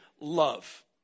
Love